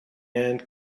ant